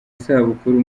isabukuru